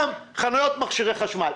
חנויות מכשירי חשמל,